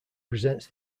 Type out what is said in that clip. presents